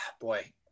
Boy